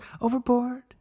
overboard